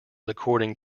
according